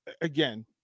again